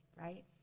Right